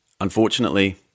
Unfortunately